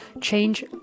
change